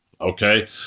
Okay